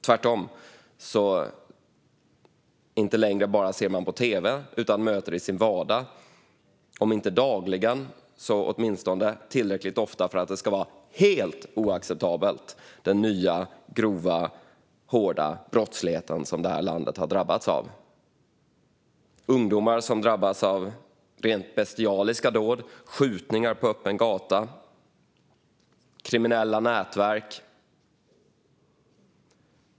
Tvärtom ser man inte längre bara på tv utan möter i sin vardag, om inte dagligen så åtminstone tillräckligt ofta för att det ska vara helt oacceptabelt, den nya grova, hårda brottsligheten som det här landet har drabbats av. Ungdomar drabbas av rent bestialiska dåd. Det är fråga om skjutningar på öppen gata och kriminella nätverk.